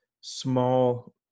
small